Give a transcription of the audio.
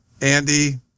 Andy